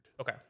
Okay